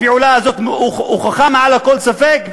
הפעולה הזו הוכחה מעל לכל ספק,